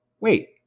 wait